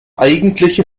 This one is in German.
eigentliche